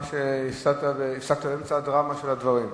ממש הפסקת באמצע הדרמה של הדברים.